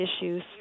issues